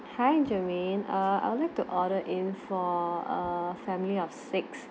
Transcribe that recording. hi germane err I would like to order in for a family of six